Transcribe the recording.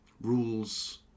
Rules